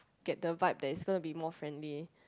get the vibe place so will be more friendly